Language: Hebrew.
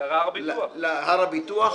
"הר הביטוח",